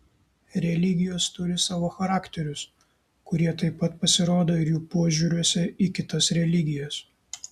religijos turi savo charakterius kurie taip pat pasirodo ir jų požiūriuose į kitas religijas